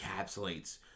encapsulates